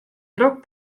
drok